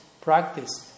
practice